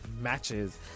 matches